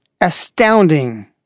astounding